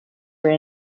were